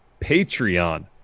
Patreon